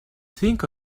think